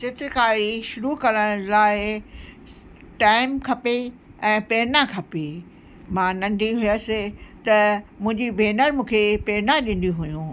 चित्रकारी शुरू करण लाइ टाइम खपे ऐं प्रेरणा खपे मां नंढी हुअसि त मुंहिंजी भेनर मूंखे प्रेरणा ॾिनी हुयूं